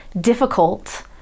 difficult